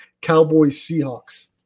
Cowboys-Seahawks